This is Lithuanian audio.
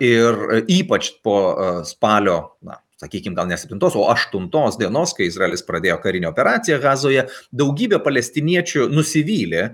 ir ypač po spalio na sakykim gal ne septintos o aštuntos dienos kai izraelis pradėjo karinę operaciją gazoje daugybė palestiniečių nusivylė